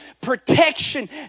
protection